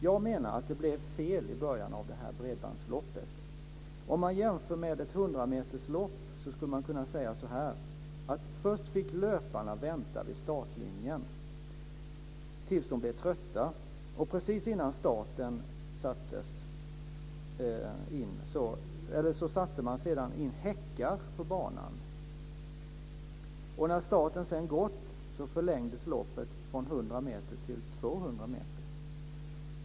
Jag menar att det gick fel i starten av bredbandsloppet. I en jämförelse med ett 100-meterslopp skulle man kunna säga så här: Först fick löparna vänta vid startlinjen tills de blev trötta. Precis före starten satte man in häckar på banan. När starten gått förlängdes loppet från 100 meter till 200 meter.